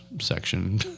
section